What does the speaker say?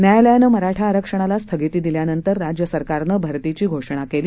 न्यायालयानं मराठा आरक्षणाला स्थगिती दिल्यानंतर राज्य सरकारनं भरतीची घोषणा केली